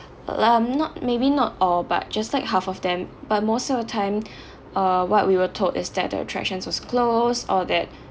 um not maybe not all but just like half of them but most of the time uh what we were told is that the attractions was closed or that